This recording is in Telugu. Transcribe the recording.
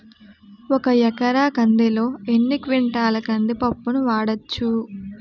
ఒక ఎకర కందిలో ఎన్ని క్వింటాల కంది పప్పును వాడచ్చు?